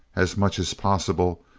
as much as possible,